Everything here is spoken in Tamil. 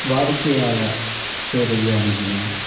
வாடிக்கையாளர் சேவையை அணுகினேன்